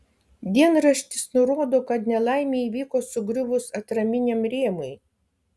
dienraštis nurodo kad nelaimė įvyko sugriuvus atraminiam rėmui